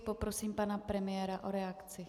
Poprosím pana premiéra o reakci.